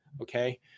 Okay